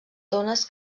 dones